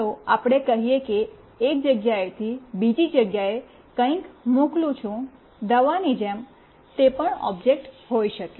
ચાલો આપણે કહીએ કે એક જગ્યાએથી બીજી જગ્યાએ કંઈક મોકલું છું દવાની જેમ તે પણ ઓબ્જેક્ટ હોઈ શકે